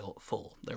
full